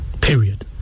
period